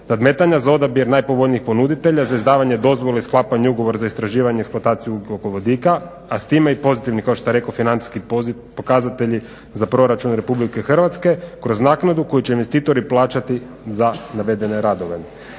nadmetanja za odabir najpovoljnijih ponuditelja za izdavanje dozvole i sklapanje ugovora za istraživanje i eksploataciju ugljikovodika, a s time i pozitivnih kao što sam rekao financijski pokazatelji za proračun Republike Hrvatske kroz naknadu koju će investitori plaćati za navedene radove.